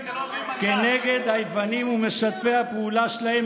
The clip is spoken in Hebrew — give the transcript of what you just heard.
כנגד היוונים ומשתפי הפעולה שלהם,